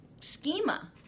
schema